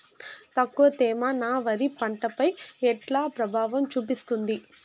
తక్కువ తేమ నా వరి పంట పై ఎట్లా ప్రభావం చూపిస్తుంది?